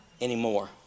anymore